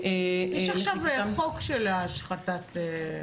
יש עכשיו חוק של השחתה.